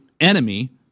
enemy